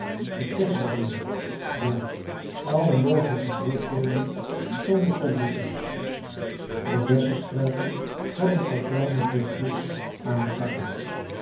de kerseboomen ja alle mogelijke vruchtboomen stonden vol bloesems de bessestruiken hadden al kleine vruchtjes aan de takken